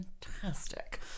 fantastic